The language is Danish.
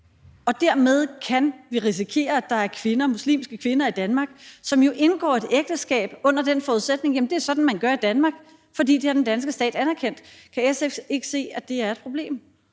Dermed kan vi jo risikere, at der er muslimske kvinder i Danmark, som indgår et ægteskab under den forudsætning, at det er sådan, man gør i Danmark, fordi den danske stat har anerkendt det. Kan SF ikke se, at det er et problem?